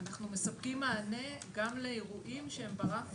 אנחנו מספקים מענה גם לאירועים שהם ברף